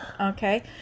Okay